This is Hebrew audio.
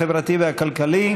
החברתי והכלכלי.